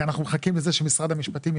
כי אנחנו מחכים לזה שמשרד המשפטים,